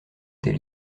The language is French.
des